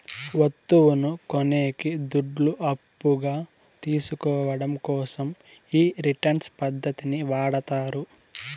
వత్తువును కొనేకి దుడ్లు అప్పుగా తీసుకోవడం కోసం ఈ రిటర్న్స్ పద్ధతిని వాడతారు